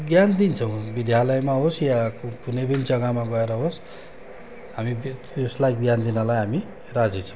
ज्ञान दिन्छौ विद्यालयमा होस् वा कु कुनै पनि जगामा गएर होस् हामी ब उसलाई ज्ञान दिनलाई हामी राजी छौँ